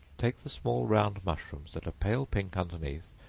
take the small round mushrooms that are pale pink underneath,